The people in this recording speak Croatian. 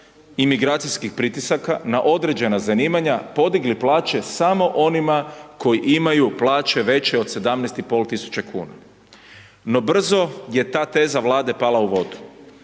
i migracijskih pritisaka na određena zanimanja podigli plaće samo onima koji imaju plaće veće od 17.500 kuna, no brzo je ta teza Vlade pala u vodu.